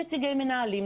נציגי מנהלים,